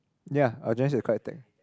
ya our generation is quite high tech